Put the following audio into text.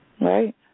Right